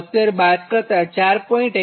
72° બાદ કરતાં 4